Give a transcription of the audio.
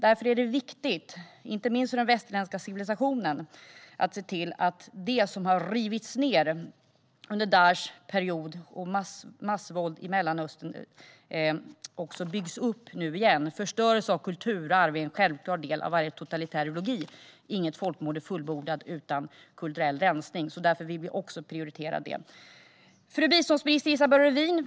Därför är det viktigt, inte minst för den västerländska civilisationen, att se till att det som har rivits ned under Daishs period med massvåld i Mellanöstern byggs upp igen. Förstörelse av kulturarv är en självklar del av varje totalitär ideologi. Inget folkmord är fullbordat utan kulturell rensning. Därför vill vi prioritera också denna fråga. Fru biståndsminister Isabella Lövin!